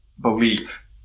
believe